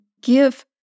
give